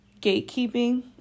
gatekeeping